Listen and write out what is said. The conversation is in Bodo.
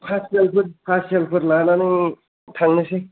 खासियालजों खासियालफोर लानानै थांनोसै